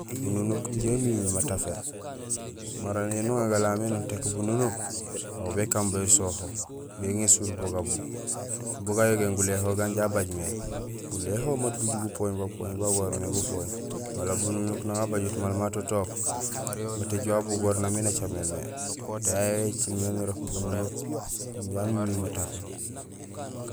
Bununuk inja amimi matafé, mara éni uŋar galamé nutéék bununuk, aw békaan bo ésoho, béŋésul bo gabugoor, bugayogéén guléhol anja abay mé. Guléhool mat guju gupooñ bapoñé ban guwarmé gupooñ. Wala bununuk nang abajut maal ma totook, mat uju abugoor nang miin nacaméén mé; yayé écimé nirok bununuk inja amimiir matafé.